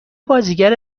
بازیگر